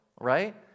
right